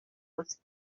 was